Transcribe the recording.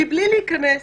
מבלי להיכנס